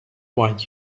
why